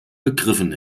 begriffen